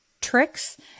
tricks